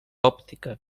òptica